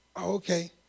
Okay